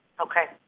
Okay